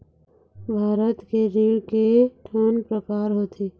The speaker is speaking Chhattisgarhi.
भारत के ऋण के ठन प्रकार होथे?